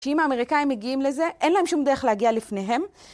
שאם האמריקאים מגיעים לזה, אין להם שום דרך להגיע לפניהם.